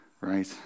right